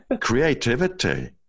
creativity